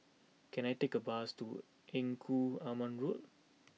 can I take a bus to Engku Aman Road